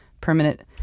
permanent